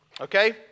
Okay